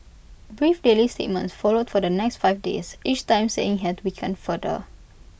brief daily statements followed for the next five days each time saying had weakened further